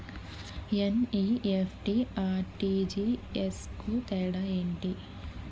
NEFT, RTGS కు తేడా ఏంటి?